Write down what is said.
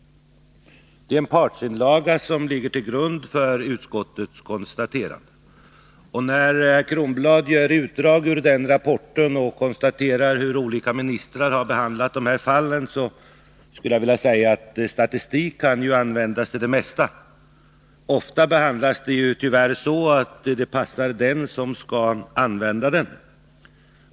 Det är en partsinlaga som ligger till grund för utskottets konstaterande. När herr Kronblad gör utdrag ur denna rapport och konstaterar hur olika ministrar har behandlat de här fallen skulle jag vilja säga att statistiken kan ju användas till det mesta. Ofta utformas statistiken tyvärr så att den passar användaren.